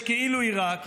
יש כאילו עיראק,